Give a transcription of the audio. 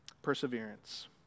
perseverance